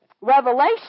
Revelation